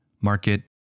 market